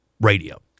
radio